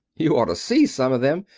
you ought to see some of them.